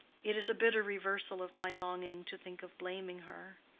it is a bitter reversal of my longing to think of blaming her.